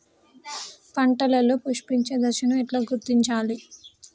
పంటలలో పుష్పించే దశను ఎట్లా గుర్తించాలి?